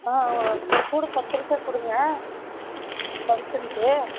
ஆ ஒரு கூடை கத்திரிக்காய் கொடுங்க ஃபங்க்ஷன்க்கு